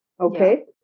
Okay